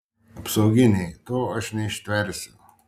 apsauginiai to aš neištversiu